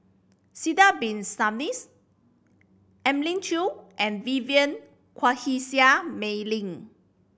Sidek Bin Saniffs Elim Chew and Vivien Quahe Seah Mei Lin